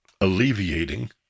alleviating